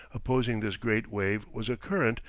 opposing this great wave was a current,